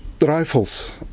rifles